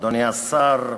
אדוני השר,